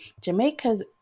jamaica's